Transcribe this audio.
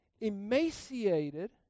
emaciated